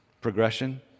progression